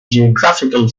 geographical